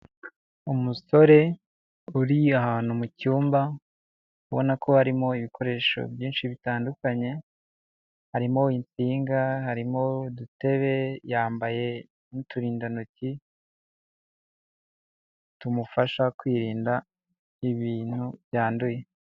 Umusore uriya ahantu mu cyumba ubona ko harimo ibikoresho byinshi bitandukanye harimo insinga, harimo udutebe yambaye n'uturindantoki tumufasha kwirinda ibintu byanduye.